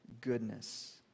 goodness